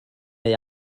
neu